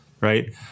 right